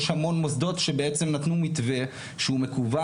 יש המון מוסדות שנתנו מבנה שהוא מקוון,